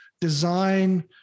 design